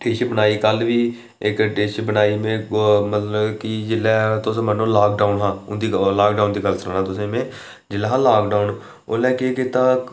dish बनाई कल्ल बी में इक डिश बनाई मतलब कि तुस मन्नो कि लॉकडाऊन हा लॉकडाऊन दी गल्ल सनान्ना में जेल्लै हा लॉकडाऊन ओल्लै केह् कीता